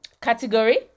category